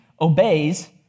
obeys